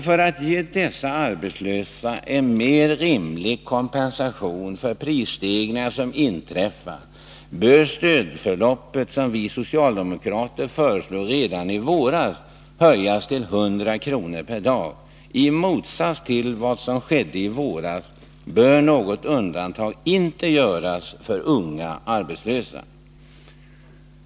För att ge dessa arbetslösa en mer rimlig kompensation för de prisstegringar som inträffat bör stödbeloppet, vilket vi socialdemokrater föreslog redan i våras, höjas till 100 kr. per dag. I motsats till vad som skedde i våras bör något undantag inte göras för unga arbetslösa.